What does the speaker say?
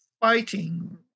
fighting